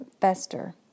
fester